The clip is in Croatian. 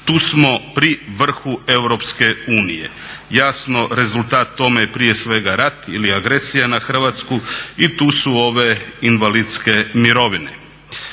tu smo pri vrhu EU. Jasno rezultat tome je prije svega rat ili agresija na Hrvatsku i tu su ove invalidske mirovine.